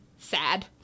sad